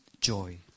joy